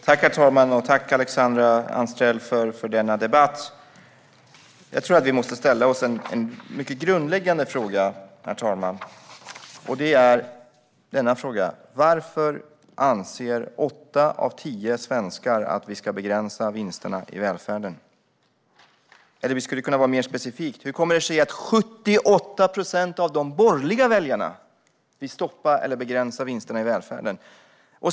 Herr talman! Jag tackar Alexandra Anstrell för denna debatt. Herr talman! Jag tror att vi måste ställa en mycket grundläggande fråga, nämligen: Varför anser åtta av tio svenskar att vi ska begränsa vinsterna i välfärden? Jag skulle kunna vara mer specifik: Hur kommer det sig att 78 procent av de borgerliga väljarna vill stoppa eller begränsa vinsterna i välfärden?